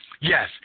Yes